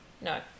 No